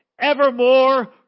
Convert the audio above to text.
evermore